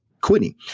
quitting